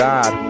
God